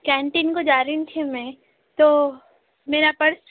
canteen کو جا رہی تھی میں تو میرا پرس